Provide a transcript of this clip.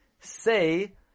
say